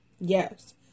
Yes